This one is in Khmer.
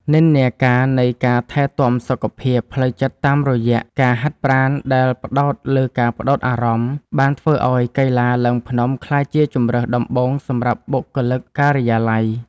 និន្នាការនៃការថែទាំសុខភាពផ្លូវចិត្តតាមរយៈការហាត់ប្រាណដែលផ្ដោតលើការផ្ដោតអារម្មណ៍ បានធ្វើឱ្យកីឡាឡើងភ្នំក្លាយជាជម្រើសដំបូងសម្រាប់បុគ្គលិកការិយាល័យ។